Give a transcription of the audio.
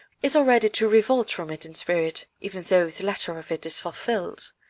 is already to revolt from it in spirit, even though the letter of it is fulfilled.